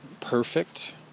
perfect